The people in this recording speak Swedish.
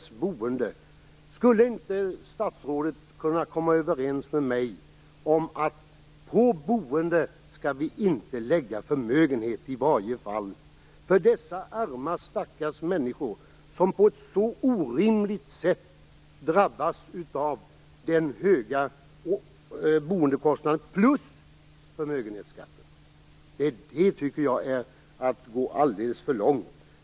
Skulle inte statsrådet och jag kunna komma överens om att vi inte skall lägga förmögenhetsskatt på boendet? Dessa arma stackars människor drabbas på ett orimligt sätt av höga boendekostnader plus förmögenhetsskatten. Jag tycker att det är att gå alldeles för långt.